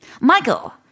Michael